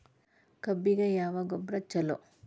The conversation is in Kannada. ಕಬ್ಬಿಗ ಯಾವ ಗೊಬ್ಬರ ಛಲೋ?